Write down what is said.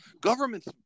governments